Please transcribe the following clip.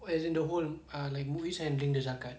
oh as in the whole ah like M_U_I_S handling the zakat